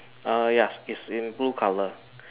ah yes it's in blue color